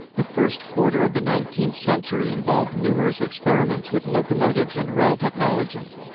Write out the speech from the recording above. the first quarter of the nineteenth century involved numerous experiments with locomotives and rail technology.